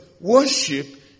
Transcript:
worship